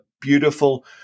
beautiful